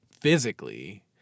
physically